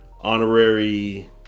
honorary